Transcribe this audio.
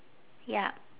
ya